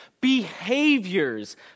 behaviors